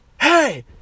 Hey